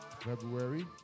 February